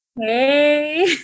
Hey